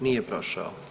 Nije prošao.